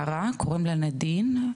קוראים לה נדין,